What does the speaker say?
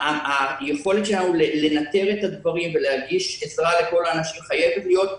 היכולת שלנו לנטר את הדברים ולהגיש עזרה לכל האנשים חייבת להיות.